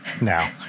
now